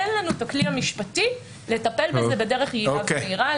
אין לנו את הכלי המשפטי לטפל בדרך יעילה ומהירה,